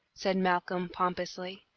said malcolm, pompously,